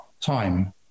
time